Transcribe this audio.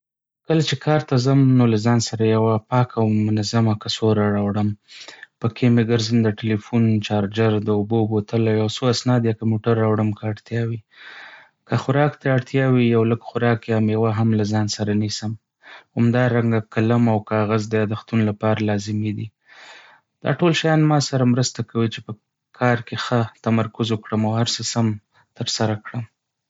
کله چې کار ته ځم، نو له ځان سره یوه پاکه او منظمه کڅوړه راوړم. په کې مې ګرځنده تلیفون، چارجر، د اوبو بوتل، او یو څو اسناد یا کمپیوټر راوړم که اړتیا وي. که خوراک ته اړتیا وي، یو لږ خوراک یا میوه هم له ځان سره نیسم. همدارنګه، قلم او کاغذ د یادښتونو لپاره لازمي وي. دا ټول شيان ما سره مرسته کوي چې په کار کې ښه تمرکز وکړم او هر څه سم ترسره کړم.